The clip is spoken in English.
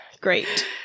great